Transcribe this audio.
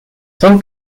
son